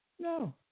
No